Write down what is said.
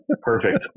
Perfect